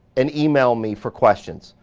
and email me for questions.